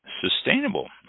sustainable